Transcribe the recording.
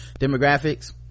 demographics